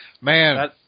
Man